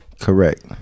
Correct